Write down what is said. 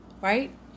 right